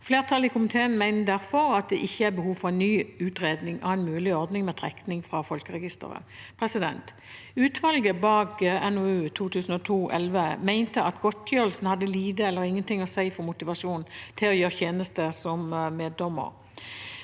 Flertallet i komiteen mener derfor det ikke er behov for en ny utredning av en mulig ordning med trekning fra Folkeregisteret. Utvalget bak NOU 2002: 11 mente at godtgjørelsen hadde lite eller ingenting å si for motivasjonen til å gjøre tjeneste som meddommer.